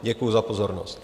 Děkuju za pozornost.